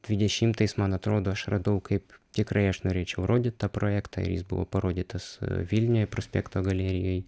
dvidešimtais man atrodo aš radau kaip tikrai aš norėčiau rodyt tą projektą ir jis buvo parodytas vilniuje prospekto galerijoj